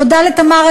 תודה לתמר,